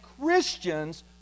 Christians